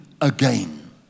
again